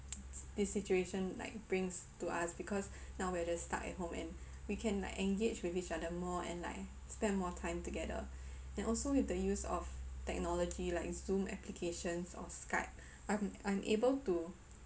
this situation like brings to us because now we're just stuck at home and we can engage with each other more and like spend more time together and also with the use of technology like zoom applications or skype I'm I'm able to